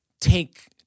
take